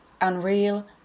unreal